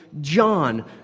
John